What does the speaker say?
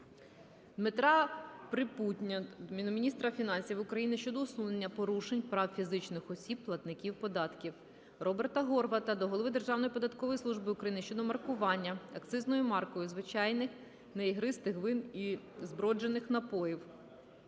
Дмитра Припутня до міністра фінансів України щодо усунення порушень прав фізичних осіб - платників податків. Роберта Горвата до голови Державної податкової служби України щодо маркування акцизною маркою звичайних (неігристих) вин і зброджених напоїв.